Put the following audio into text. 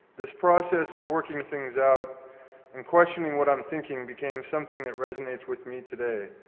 this process of working things out and questioning what i'm thinking became something that resonates with me today.